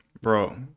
Bro